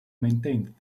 maintained